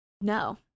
no